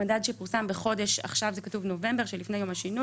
המדד שפורסם בחודש נובמבר שלפני יום השינוי.